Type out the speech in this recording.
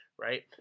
right